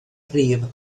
rif